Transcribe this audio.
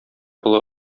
олы